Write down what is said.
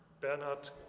Bernhard